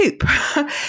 poop